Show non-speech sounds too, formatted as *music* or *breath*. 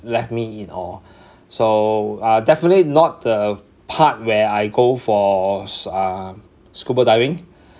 left me in awe *breath* so uh definitely not the part where I go for s~ uh scuba diving